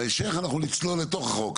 בהמשך אנחנו נצלול לתוך החוק.